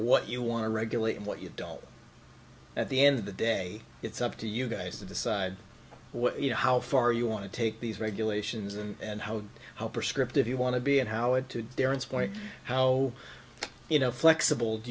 what you want to regulate and what you don't at the end of the day it's up to you guys to decide what you know how far you want to take these regulations and how how prescriptive you want to be and how it to daryn's point how you know flexible do